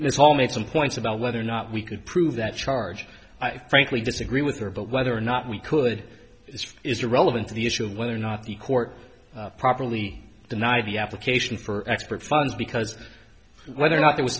let's all make some points about whether or not we could prove that charge i frankly disagree with her but whether or not we could this is relevant to the issue of whether or not the court properly deny the application for expert funds because whether or not there was